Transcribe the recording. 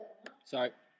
Sorry